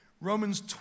Romans